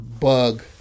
bug